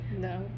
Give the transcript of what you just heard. No